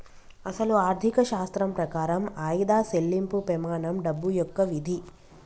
అసలు ఆర్థిక శాస్త్రం ప్రకారం ఆయిదా సెళ్ళింపు పెమానం డబ్బు యొక్క విధి